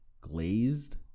Glazed